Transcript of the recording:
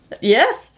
Yes